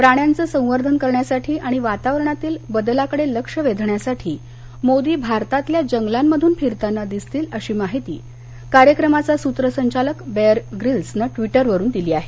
प्राण्यांचं संवर्धन करण्यासाठी आणि वातावरणातील बदलाकडे लक्ष्य वेधण्यासाठी मोदी भारतातल्या जंगलांमधून फिरताना दिसतील अशी माहिती कार्यक्रमाचा सुत्रसंचालक बेअर ग्रिल्सनं ट्विटरवरून दिली आहे